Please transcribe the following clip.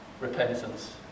repentance